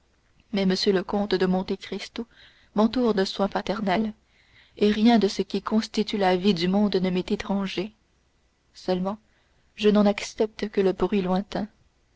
mais m le comte de monte cristo m'entoure de soins paternels et rien de ce qui constitue la vie du monde ne m'est étranger seulement je n'en accepte que le bruit lointain